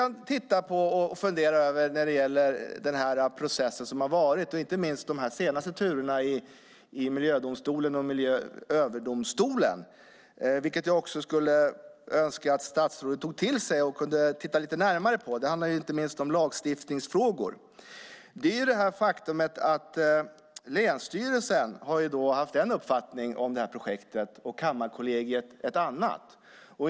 När det gäller den process som varit, inte minst de senaste turerna i miljödomstolen och Miljööverdomstolen, skulle jag önska att statsrådet tog till sig och tittade lite närmare på det hela. Det handlar inte minst om lagstiftningsfrågor. Länsstyrelsen har nämligen haft en uppfattning om projektet och Kammarkollegiet en annan.